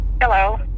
Hello